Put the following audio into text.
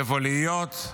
איפה להיות,